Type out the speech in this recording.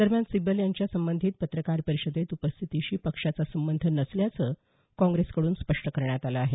दरम्यान सिब्बल यांच्या संबंधित पत्रकार परिषदेत उपस्थितीशी पक्षाचा संबंध नसल्याचं काँग्रेसकड्रन स्पष्ट करण्यात आलं आहे